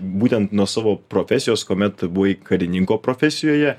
būtent nuo savo profesijos kuomet buvai karininko profesijoje